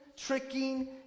tricking